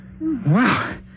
Wow